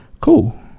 Cool